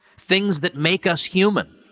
things that make us human.